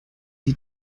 die